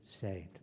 saved